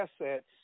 assets